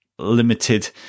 limited